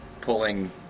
pulling